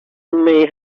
may